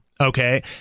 okay